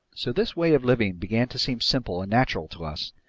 so this way of living began to seem simple and natural to us,